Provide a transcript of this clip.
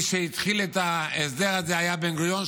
מי שהתחיל את ההסדר הזה היה בן-גוריון,